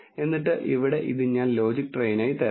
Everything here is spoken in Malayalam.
എന്നിട്ട് ഇവിടെ ഇത് ഞാൻ ലോജിക് ട്രെയിൻ ആയി തരുന്നു